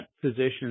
physicians